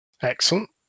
Excellent